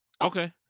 Okay